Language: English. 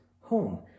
home